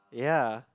ya